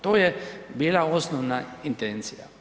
To je bila osnovna intencija.